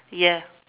ya